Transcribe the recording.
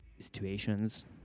situations